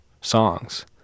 songs